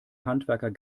handwerker